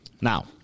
Now